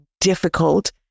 difficult